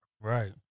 Right